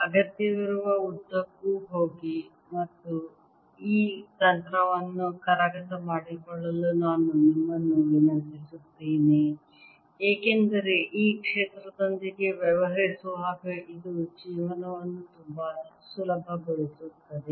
ಅಗತ್ಯವಿರುವ ಉದ್ದಕ್ಕೂ ಹೋಗಿ ಮತ್ತು ಈ ತಂತ್ರವನ್ನು ಕರಗತ ಮಾಡಿಕೊಳ್ಳಲು ನಾನು ನಿಮ್ಮನ್ನು ವಿನಂತಿಸುತ್ತೇನೆ ಏಕೆಂದರೆ ಈ ಕ್ಷೇತ್ರಗಳೊಂದಿಗೆ ವ್ಯವಹರಿಸುವಾಗ ಇದು ಜೀವನವನ್ನು ತುಂಬಾ ಸುಲಭಗೊಳಿಸುತ್ತದೆ